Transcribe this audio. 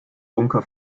bunker